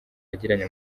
yagiranye